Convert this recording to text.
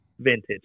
vintage